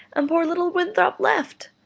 and poor little winthrop left!